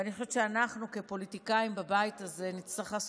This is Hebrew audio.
ואני חושבת שאנחנו כפוליטיקאים בבית הזה נצטרך לעשות